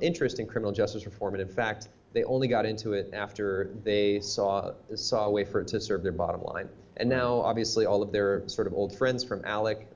interest in criminal justice reform and in fact they only got into it after they saw saw a way for it to serve their bottom line and now obviously all of their sort of old friends from alec